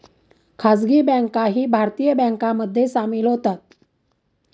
खासगी बँकाही भारतीय बँकांमध्ये सामील होतात